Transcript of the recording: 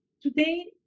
today